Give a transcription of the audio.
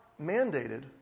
mandated